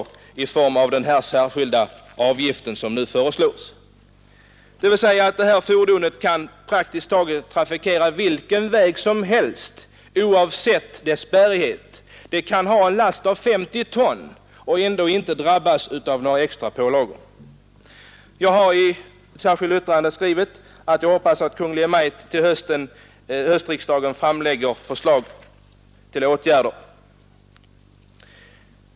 Dumpersfordon slipper också den särskilda avgift som nu föreslås. Detta innebär att man med ett dumpersfordon alldeles oberoende av bestämmelserna för övriga fordon kan trafikera praktiskt taget vilken väg som helst utan att behöva ta minsta hänsyn till vägens bärighet. Ett dumpersfordon kan ta en total last av 50 ton och inte behöva drabbas av dessa pålagor. Jag har i det särskilda yttrandet skrivit att jag hoppas att Kungl. Maj:t till höstriksdagen framlägger förslag till åtgärder.